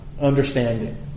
understanding